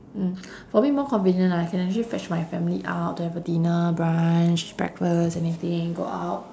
mm for me more convenient lah I can actually fetch my family out to have a dinner brunch breakfast anything go out